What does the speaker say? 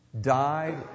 Died